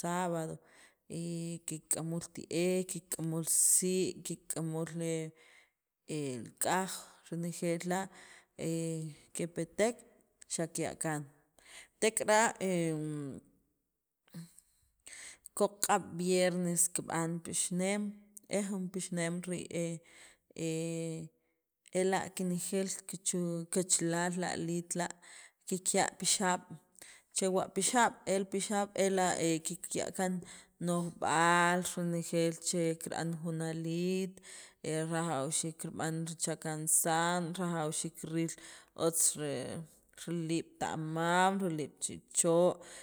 sábado, y kik'amuul ti'ej kik'amuul sii', kik'amuul he k'aj renejeel la' he kepetek xaqya' kaan, tek'ara' em ko'qq'ab' viernes kib'an pixneem e jun pixneem rii', he ela' kenejeel kichu' qachalaal li aliit la' kikya' pixaab', ¿Chewa' pixaab'?, el pixaal ela' kikya' kaan no'jb'aal renejeel che kira'n jun aliit rajawxiik kirb'an richakansa'n otz kiril riliib' ta'mam riliib' chicho'.